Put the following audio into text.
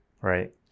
right